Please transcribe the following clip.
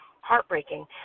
heartbreaking